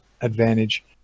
advantage